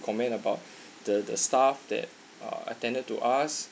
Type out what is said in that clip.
comment about the the staff that uh attended to us